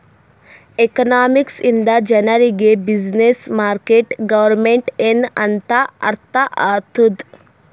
economics ಇಂದ ಜನರಿಗ್ business, market, government ಎನ್ ಅಂತ್ ಅರ್ಥ ಆತ್ತುದ್